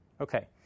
Okay